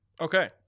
Okay